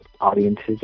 audiences